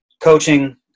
coaching